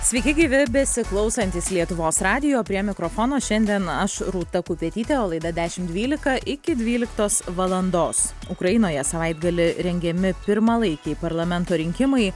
sveiki gyvi besiklausantys lietuvos radijo prie mikrofono šiandien aš rūta kupetytė laida dešim dvylika iki dvyliktos valandos ukrainoje savaitgalį rengiami pirmalaikiai parlamento rinkimai